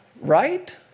right